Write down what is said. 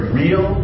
real